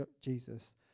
Jesus